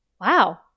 Wow